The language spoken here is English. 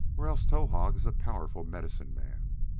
or else towahg is a powerful medicine man.